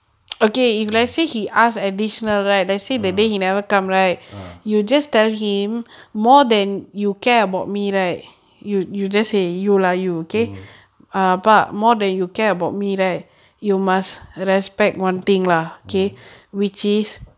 ah ah mm mm